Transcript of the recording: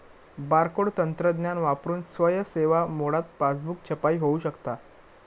barcode तंत्रज्ञान वापरून स्वयं सेवा मोडात पासबुक छपाई होऊ शकता